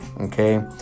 okay